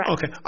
Okay